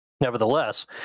Nevertheless